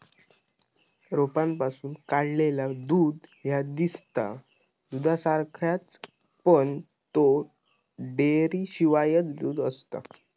रोपांपासून काढलेला दूध ह्या दिसता दुधासारख्याच, पण ता डेअरीशिवायचा दूध आसता